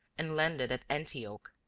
and landed at antioch.